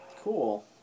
Cool